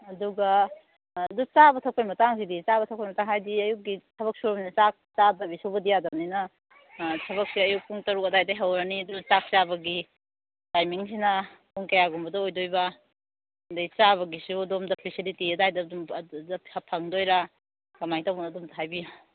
ꯑꯗꯨꯒ ꯑꯗꯨ ꯆꯥꯕ ꯊꯛꯄꯒꯤ ꯃꯇꯥꯡꯁꯤꯗꯤ ꯆꯥꯕ ꯊꯛꯄꯒꯤ ꯃꯇꯥꯡ ꯍꯥꯏꯕꯗꯤ ꯑꯌꯨꯛꯀꯤ ꯊꯕꯛ ꯁꯨꯔꯕꯅꯤꯅ ꯆꯥꯛ ꯆꯥꯗꯕꯤ ꯁꯨꯕꯗꯤ ꯌꯥꯗꯕꯅꯤꯅ ꯊꯕꯛꯁꯦ ꯑꯌꯨꯛ ꯄꯨꯡ ꯇꯔꯨꯛ ꯑꯗꯨꯋꯥꯏꯗꯩ ꯍꯧꯔꯅꯤ ꯑꯗꯨ ꯆꯥꯛ ꯆꯥꯕꯒꯤ ꯇꯥꯏꯃꯤꯡꯁꯤꯅ ꯄꯨꯡ ꯀꯌꯥꯒꯨꯝꯕꯗ ꯑꯣꯏꯗꯣꯏꯕ ꯑꯗꯒꯤ ꯆꯥꯕꯒꯤꯁꯨ ꯑꯗꯣꯝꯗ ꯐꯦꯁꯤꯂꯤꯇꯤ ꯑꯗꯨꯋꯥꯏꯗ ꯑꯗꯨꯝ ꯑꯗꯨꯗ ꯐꯪꯒꯗꯣꯏꯔꯥ ꯀꯃꯥꯏꯅ ꯇꯧꯕꯅꯣ ꯑꯗꯨ ꯑꯃꯨꯛꯇ ꯍꯥꯏꯕꯤꯌꯨ